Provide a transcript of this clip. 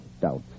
doubts